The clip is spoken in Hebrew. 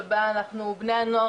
שבה בני הנוער,